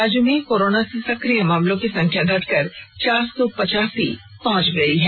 राज्य में कोरोना के सकिय मामलों की संख्या घटकर चार सौ पचासी पहुंच गई है